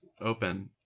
Open